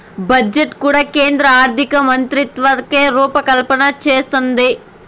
budget కూడా కేంద్ర ఆర్థికమంత్రిత్వకాకే రూపకల్పన చేస్తందాది